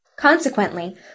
Consequently